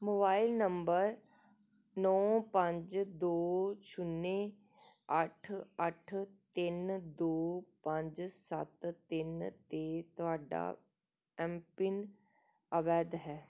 mobile number ਨੌਂ ਪੰਜ ਦੋ ਛੁਨਿਆ ਅੱਠ ਅੱਠ ਤਿੰਨ ਦੋ ਪੰਜ ਸੱਤ ਤਿੰਨ 'ਤੇ ਤੁਹਾਡਾ ਐਮ ਪਿੰਨ ਅਵੈਧ ਹੈ